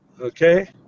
Okay